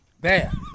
Bad